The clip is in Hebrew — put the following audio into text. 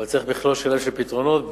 אבל צריך מכלול שלם של פתרונות,